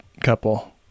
couple